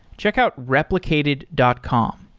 checkout replicated dot com.